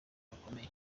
rukomeye